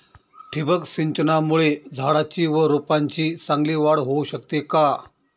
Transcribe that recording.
ठिबक सिंचनामुळे झाडाची व रोपांची चांगली वाढ होऊ शकते का?